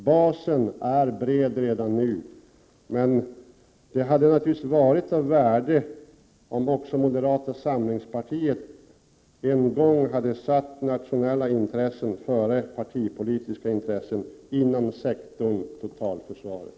Basen är bred redan nu, men det hade naturligtvis varit av värde om också moderata samlingspartiet en gång satt nationella intressen före partipolitiska intressen inom sektorn totalförsvaret.